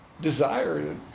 desire